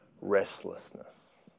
restlessness